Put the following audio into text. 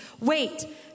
wait